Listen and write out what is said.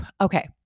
Okay